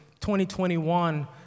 2021